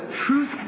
truth